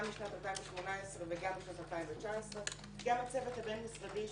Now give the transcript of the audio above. גם בשנת 2018 וגם בשנת 2019. גם הצוות הבין-משרדי,